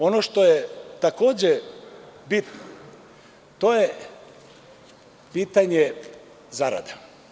Ono što je takođe bitno to je pitanje zarada.